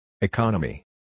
Economy